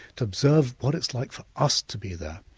to observe what it's like for us to be there.